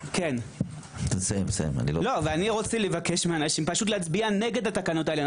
אני רוצה לבקש מאנשים להצביע נגד התקנות הללו.